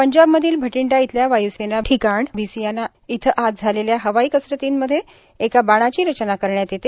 पंजाब मधील भटींडा इथल्या वाय्सेना भिसीयाना इथं आज झालेल्या हवाई कसरतींमध्ये एका बाणाची रचना करण्यात येते